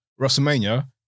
Wrestlemania